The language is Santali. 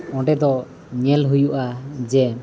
ᱚᱸᱰᱮᱫᱚ ᱧᱮᱞ ᱦᱩᱭᱩᱜᱼᱟ ᱡᱮ